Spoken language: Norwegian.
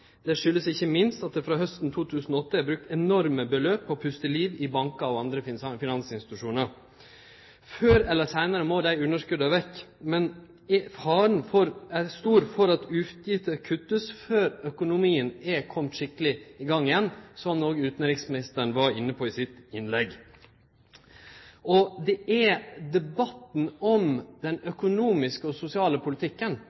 Det kjem ikkje minst av at det frå hausten 2008 er brukt enorme beløp på å puste liv i bankar og andre finansinstitusjonar. Før eller seinare må dei underskota vekk, men faren er stor for at utgifter vert kutta før økonomien er komen skikkeleg i gang igjen, noko utanriksministeren òg var inne på i innlegget sitt. Det er debatten om den økonomiske og sosiale politikken,